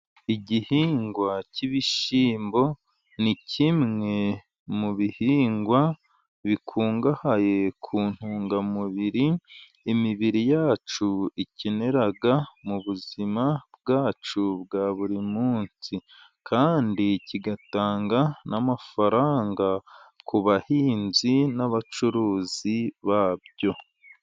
Igihingwa cy'ibishyimbo ni kimwe mu bihingwa bikungahaye ku ntungamubiri imibiri yacu ikenera, mu buzima bwacu bwa buri munsi, kandi kigatanga n'amafaranga ku bahinzi n'abacuruzi babyo.